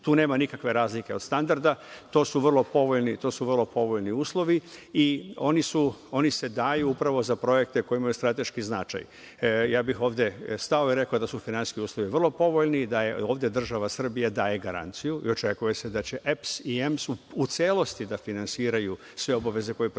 Tu nema nikakve razlike od standarda. To su vrlo povoljni uslovi i oni se daju za projekte koji imaju strateški značaj. Stao bih ovde i rekao da su finansijski uslovi vrlo povoljni i da ovde država Srbija daje garanciju i da se očekuje da će EPS i EMS u celosti da finansiraju sve obaveze koje proizilaze